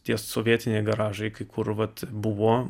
tie sovietiniai garažai kur vat buvo